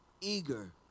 eager